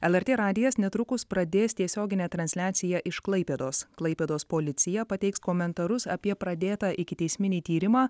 lrt radijas netrukus pradės tiesioginę transliaciją iš klaipėdos klaipėdos policija pateiks komentarus apie pradėtą ikiteisminį tyrimą